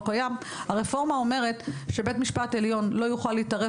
קיים הרפורמה אומרת שבית משפט עליון לא יוכל להתערב